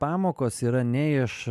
pamokos yra ne iš